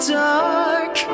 dark